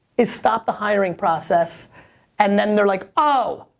is stop the hiring process and then they're like, oh!